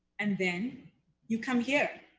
and then you come here,